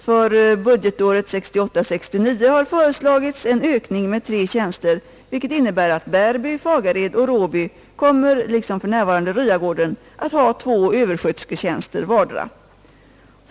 För budgetåret 1968/69 har föreslagits en ökning med 3 tjänster, vilket innebär att Bärby, Fagared och Råby kommer, liksom för närvarande Ryagården, att ha två överskötersketjänster vardera.